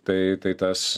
tai tai tas